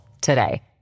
today